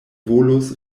volos